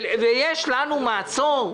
יש לנו מעצור,